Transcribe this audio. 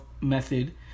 Method